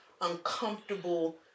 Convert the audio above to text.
uncomfortable